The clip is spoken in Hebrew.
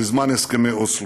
בזמן הסכמי אוסלו.